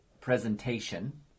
presentation